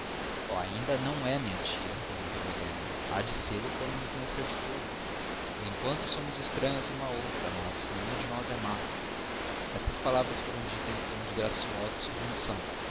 oh ainda não é minha tia interrompeu helena há de sê-lo quando me conhecer de todo por enquanto somos estranhas uma à outra mas nenhuma de nós é má estas palavras foram ditas em tom de graciosa submissão